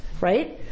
right